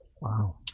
Wow